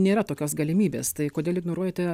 nėra tokios galimybės tai kodėl ignoruojate